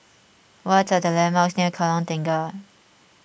what are the landmarks near Kallang Tengah